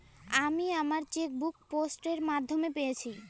আমি আমার chequebook post এর মাধ্যমে পেয়েছি